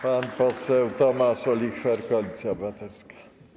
Pan poseł Tomasz Olichwer, Koalicja Obywatelska.